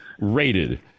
rated